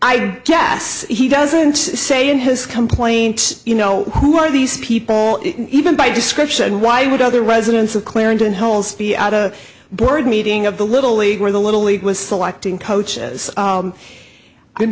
i guess he doesn't say in his complaint you know who are these people even by description why would other residents of clarendon hold out a board meeting of the little league where the little league was selecting coaches